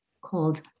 called